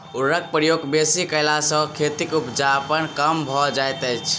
उर्वरकक प्रयोग बेसी कयला सॅ खेतक उपजाउपन कम भ जाइत छै